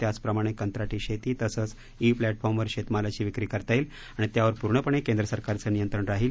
त्याचप्रमाणे कंत्राटी शेती तसंच ई प्लप्फिॉर्म वर शेतमालाची विक्री करता येईल आणि त्यावर पूर्णपणे केंद्रसरकारचं नियंत्रण राहील